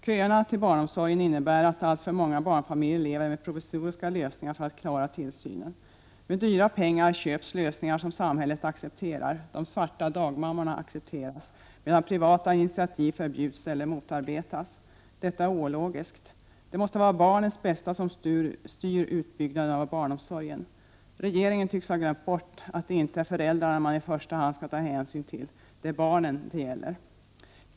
Köerna till barnomsorgen innebär att alltför många barnfamiljer lever med provisoriska lösningar för att klara tillsynen. Med dyra pengar köps lösningar som samhället accepterar. De svarta dagmammorna accepteras, medan privata initiativ förbjuds eller motarbetas. Detta är ologiskt. Det måste vara barnens bästa som styr utbyggnaden av barnomsorgen. Regeringen tycks ha glömt bort att det inte är föräldrarna man i första hand skall ta hänsyn till, utan att det är barnen det gäller.